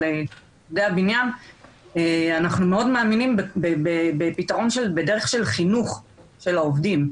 לעובדי הבניין אנחנו מאוד מאמינים בפתרון בדרך של חינוך של העובדים.